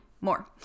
more